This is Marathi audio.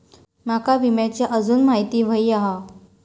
माका विम्याची आजून माहिती व्हयी हा?